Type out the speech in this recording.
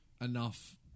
enough